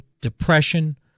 depression